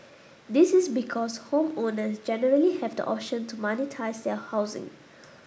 this is because homeowners generally have the option to monetise their housing